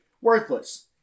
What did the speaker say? worthless